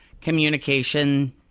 communication